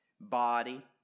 body